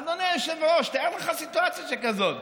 אדוני היושב-ראש, תאר לך סיטואציה שכזאת.